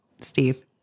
Steve